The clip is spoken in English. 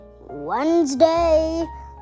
Wednesday